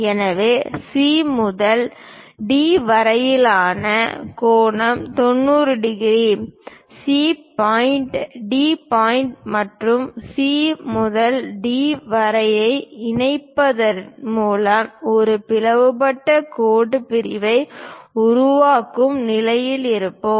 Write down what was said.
எனவே C முதல் D வரையிலான கோணம் 90 degree C point D point மற்றும் C முதல் D வரிகளை இணைப்பதன் மூலம் ஒரு பிளவுபட்ட கோடு பிரிவை உருவாக்கும் நிலையில் இருப்போம்